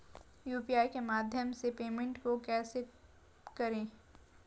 UPI के माध्यम से पेमेंट को कैसे करें?